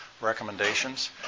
recommendations